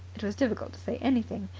it was difficult to say anything.